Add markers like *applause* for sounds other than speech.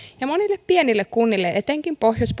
monille pienille kunnille etenkin pohjois *unintelligible*